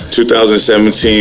2017